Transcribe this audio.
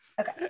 Okay